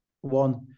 One